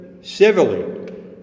civilly